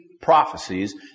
prophecies